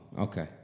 okay